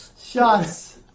Shots